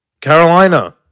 Carolina